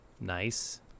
nice